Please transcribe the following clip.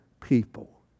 people